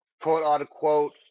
quote-unquote